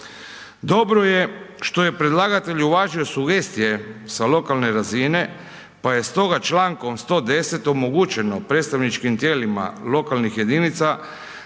Dobro je što je predlagatelj uvažio sugestije sa lokalne razine pa je stoga čl. 110. omogućeno predstavničkim tijelima lokalnih jedinica